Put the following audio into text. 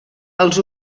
els